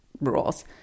rules